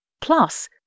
Plus